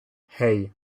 hey